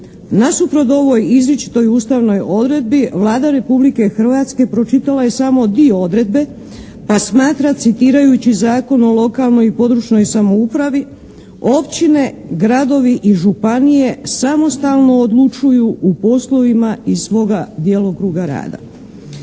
Nasuprot ovoj izričitoj ustavnoj odredbi, Vlada Republike Hrvatske pročitala je samo dio odredbe pa smatra citirajući Zakon o lokalnoj i područnoj samoupravi – općine, gradovi i županije samostalno odlučuju o poslovima iz svoga djelokruga rada.